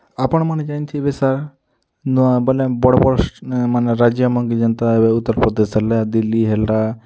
ଆପଣ୍ମନେ ଜାନିଥିବେ ସାର୍ ନୂଆ ବଲେ ବଡ଼୍ ବଡ଼୍ ମାନେ ରାଜ୍ୟ ମନ୍କେ ଯେନ୍ତା ଏବେ ଉତ୍ତର୍ପ୍ରଦେଶ୍ ହେଲା ଦିଲ୍ଲୀ ହେଲା